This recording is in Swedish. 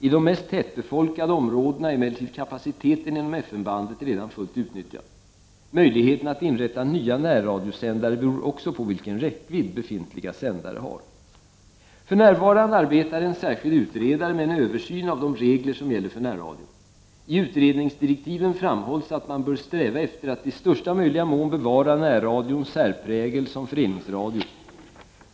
I de mest tätbefolkade områdena är emellertid kapaciteten inom FM-bandet redan fullt utnyttjad. Möjligheten att inrätta nya närradiosändare beror också på vilken räckvidd befintliga sändare har. För närvarande arbetar en särskild utredare med en översyn av de regler som gäller för närradion. I utredningsdirektiven framhålls att man bör sträva efter att i största möjliga mån bevara närradions särprägel som föreningsradio.